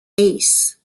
ace